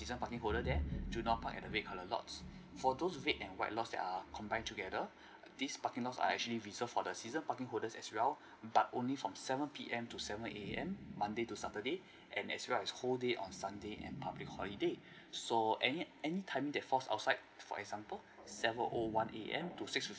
a season parking holder there do not park at the red colour lots for those red and white lots that are combined together these parking lots are actually reserve for the season parking holders as well but only from seven P_M to seven A_M monday to saturday and as well as whole day on sunday and public holiday so any any timing that falls outside for example seven O one A_M to six